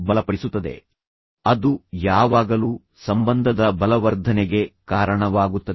ಸಂಘರ್ಷದ ಕೊನೆಯಲ್ಲಿ ನಾವು ಕಳೆದ ಬಾರಿ ಚರ್ಚಿಸಿದಂತೆ ಅದು ಯಾವಾಗಲೂ ಸಂಬಂಧದ ಬಲವರ್ಧನೆಗೆ ಕಾರಣವಾಗುತ್ತದೆ